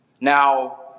Now